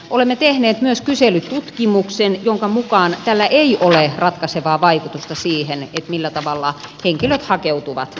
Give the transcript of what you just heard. olemme tehneet myös kyselytutkimuksen jonka mukaan tällä ei ole ratkaisevaa vaikutusta siihen millä tavalla henkilöt hakeutuvat koulutukseen